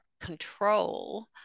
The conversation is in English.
control